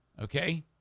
Okay